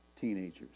teenagers